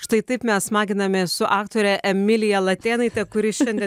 štai taip mes smaginamės su aktore emilija latėnaite kuri šiandien